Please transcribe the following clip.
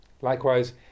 Likewise